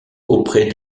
auprès